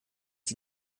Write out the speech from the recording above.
die